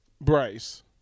Bryce